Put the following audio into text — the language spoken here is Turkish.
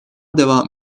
devam